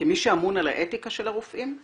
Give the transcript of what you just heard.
כמי שאמון על האתיקה של הרופאים,